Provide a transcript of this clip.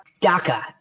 DACA